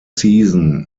season